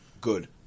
good